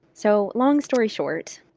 so, long story short.